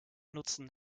nutzen